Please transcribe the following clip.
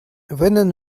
винен